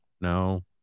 no